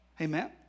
Amen